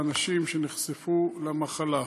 לאנשים שנחשפו למחלה.